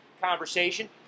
conversation